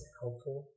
helpful